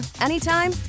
anytime